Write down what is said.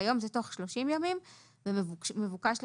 כיום זה "תוך שלושים יום" ומבוקש לתקן,